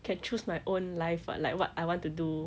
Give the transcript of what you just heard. can choose my own life [what] like what I want to do